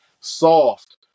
soft